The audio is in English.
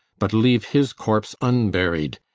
but leave his corpse unburied,